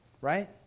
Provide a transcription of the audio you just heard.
right